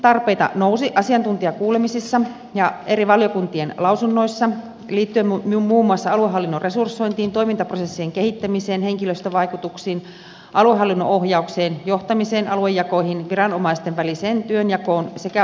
kehittämistarpeita nousi asiantuntijakuulemisissa ja eri valiokuntien lausunnoissa liittyen muun muassa aluehallinnon resursointiin toimintaprosessien kehittämiseen henkilöstövaikutuksiin aluehallinnon ohjaukseen johtamiseen aluejakoihin viranomaisten väliseen työnjakoon sekä valvontatoimivallan käyttöön